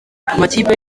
amakipe